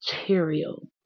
material